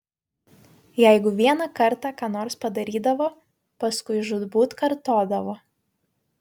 jeigu vieną kartą ką nors padarydavo paskui žūtbūt kartodavo